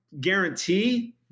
guarantee